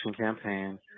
campaign